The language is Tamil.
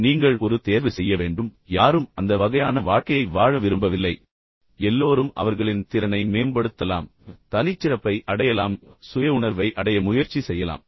இப்போது நீங்கள் இங்கே ஒரு தேர்வு செய்ய வேண்டும் யாரும் அந்த வகையான வாழ்க்கையை வாழ விரும்பவில்லை எல்லோரும் அவர்களின் திறனை மேம்படுத்தலாம் தனிச்சிறப்பை அடையலாம் சுய உணர்வை அடைய முயற்சி செய்யலாம்